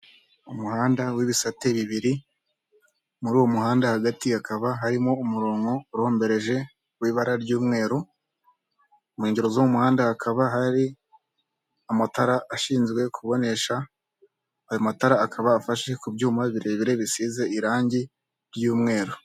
Umuhanda w'ibisate bibiri, muri uwo muhanda hagati hakaba harimo umurongo urombereje w'ibara ry'umweru, mu nkengero z'umuhanda hakaba hari amatara ashinzwe kubonesha, ayo matara akaba afashe ku byuma birebire bisize irangi ry'umweru.